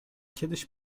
kiedyś